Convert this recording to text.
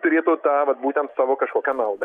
turėtų tą vat būtent savo kažkokią naudą